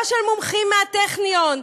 לא של מומחים מהטכניון,